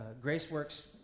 GraceWorks